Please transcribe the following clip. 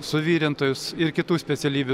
suvirintojus ir kitų specialybių